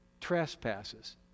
trespasses